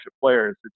players